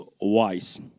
wise